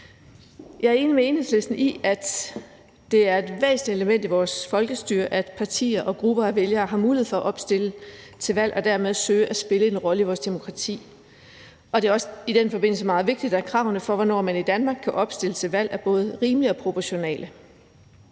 Jeg er enig med Enhedslisten i, at det er et væsentligt element i vores folkestyre, at partier og grupper af vælgere har mulig for opstille til valg og dermed søge at spille en rolle i vores demokrati. Det er også i den forbindelse meget vigtigt, at kravene til, hvornår man i Danmark kan opstille til valg, er både rimelige og proportionale.